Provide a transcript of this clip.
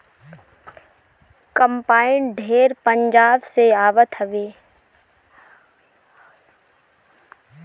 combine ढेर पंजाब से आवत हवे